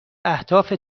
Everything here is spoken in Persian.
اهداف